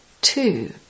Two